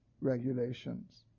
regulations